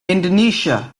indonesia